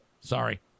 Sorry